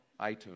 iTunes